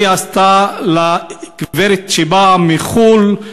מה היא עשתה לגברת שבאה מחו"ל,